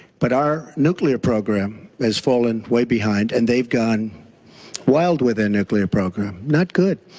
but our nuclear program has fallen way behind and they have gone wild with their nuclear program. not good.